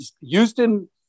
Houston